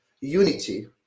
unity